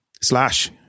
Slash